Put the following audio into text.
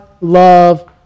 love